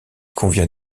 convient